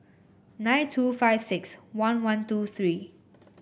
nine two five six one one two three